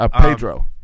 Pedro